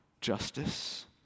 justice